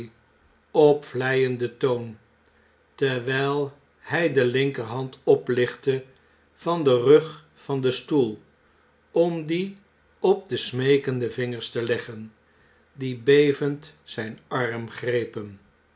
op vleienden toon terwijl hij de linkerhand oplichtte van den rug van den stoel om die op de smeekende vingers te leggen die bevend zijn arm